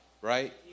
right